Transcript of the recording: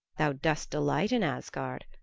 thou dost delight in asgard,